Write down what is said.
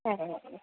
సరేనండి